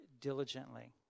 diligently